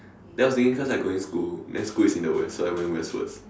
then I was thinking cause I going school then school is in the West so I went Westwards